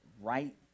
right